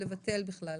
לבטל בכלל.